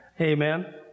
Amen